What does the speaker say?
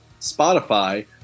Spotify